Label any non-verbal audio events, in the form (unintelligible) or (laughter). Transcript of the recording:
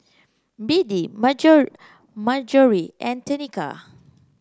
Beadie (unintelligible) Marjory and Tenika